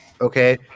Okay